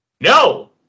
No